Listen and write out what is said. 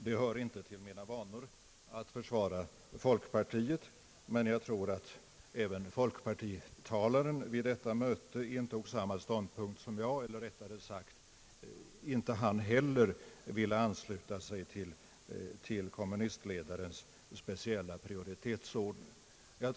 Det hör inte till mina vanor att försvara folkpartiet, men jag tror att även folkpartitalaren vid detta möte intog samma ståndpunkt som jag, eller rättare sagt att inte han heller ville ansluta sig till kommunistledarens speciella prioritetsordning.